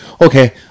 okay